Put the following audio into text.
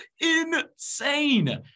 insane